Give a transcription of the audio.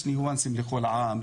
יש ניואנסים לכל עם,